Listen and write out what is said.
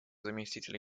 заместителя